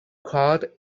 card